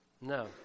No